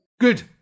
Good